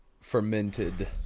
fermented